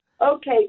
Okay